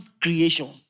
creation